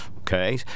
Okay